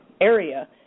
area